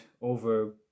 over